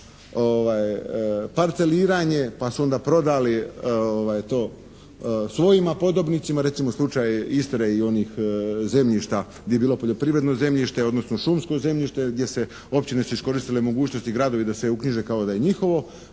parceliranje pa su onda prodali to svojima podobnicima. Recimo slučaj Istre i onih zemljišta gdje je bilo poljoprivredno zemljište, odnosno šumsko zemljište gdje se općine su iskoristile mogućnosti, gradovi da se uknjiže kao da je njihovo.